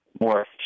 more